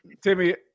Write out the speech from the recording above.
Timmy